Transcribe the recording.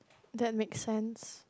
that makes sense